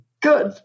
good